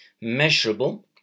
measurable